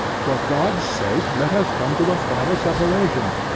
for god's sake, let us come to a final separation,